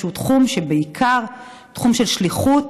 שהוא בעיקר תחום של שליחות,